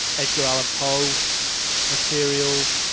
edgar allan poe materials,